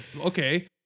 okay